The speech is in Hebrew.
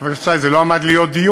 חבר הכנסת שי, זה לא עמד להיות דיון.